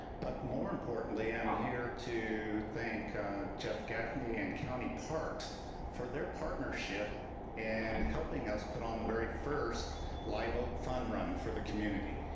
but more importantly i'm here to thank jeff gaffney and county parks for their partnership and helping us put on the very first live oak fun run for the community.